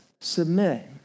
Submit